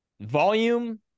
volume